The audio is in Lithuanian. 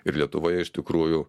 ir lietuvoje iš tikrųjų